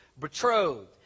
betrothed